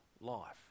life